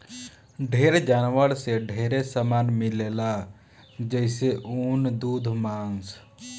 ढेर जानवर से ढेरे सामान मिलेला जइसे ऊन, दूध मांस